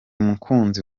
mukunzi